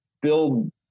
build